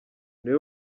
niwe